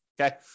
Okay